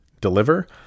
deliver